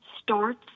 starts